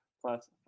plus